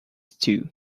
stew